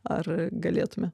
ar galėtume